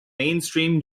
mainstream